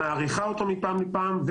היא מאריכה אותו מפעם לפעם,